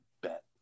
bet